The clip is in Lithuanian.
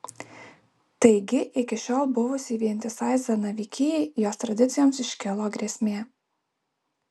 taigi iki šiol buvusiai vientisai zanavykijai jos tradicijoms iškilo grėsmė